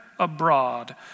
abroad